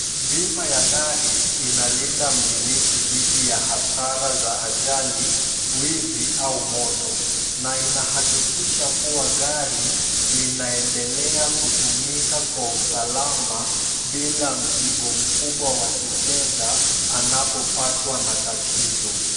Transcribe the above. Bima ya gari inalinda mmiliki dhidi ya hasara za ajali, wizi au moto, na inahakikisha kuwa gari linaendelea kutumika kwa usalama, bila mzigo mkubwa wa kifedha, anapopatwa na tatizo.